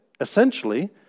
Essentially